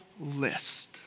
list